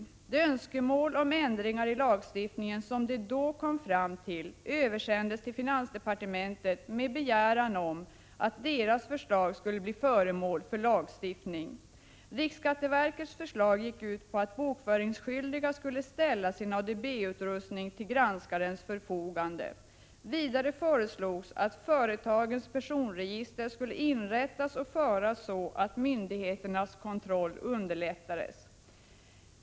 De önskemål om ändringar i lagstiftningen som de då kom fram till översändes till finansdepartementet med begäran om att deras förslag skulle bli föremål för lagstiftning. Riksskatteverkets förslag gick ut på att bokföringsskyldiga skulle ställa sin ADB-utrustning till granskarens förfogande. Vidare föreslogs att företagens personregister skulle inrättas och föras på ett sådant sätt att myndigheternas kontroll underlättades.